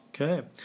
Okay